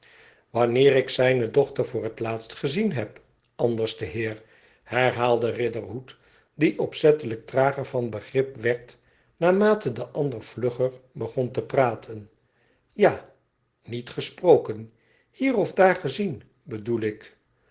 wanneer ik zijne dochter voor het laatst gezien heb andersteheer herhaalde riderhood die opzettelijk trager van begrip werd naarmate de ander vlugger begon te praten ja niet gesproken hier of daar gezien bedoel ik